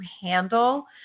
handle